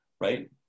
Right